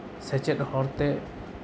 ᱥᱮᱪᱮᱫ ᱦᱚᱨᱛᱮ